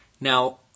Now